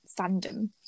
fandom